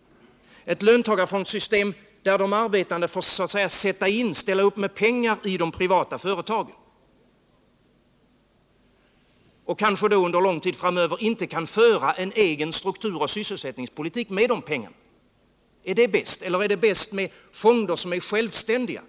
— ett löntagar fondssystem där de arbetande får så att säga ställa upp med pengar i de privata företagen, och kanske då under lång tid framöver inte kan föra en egen strukturoch sysselsättningspolitik med de pengarna, eller ett system med fonder som är självständiga?